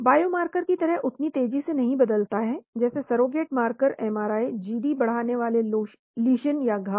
biomarker की तरह उतनी तेजी से नहीं बदलता है जैसे सरोगेट मार्कर एमआरआई जीडी बढ़ाने वाले लीश़न या घाव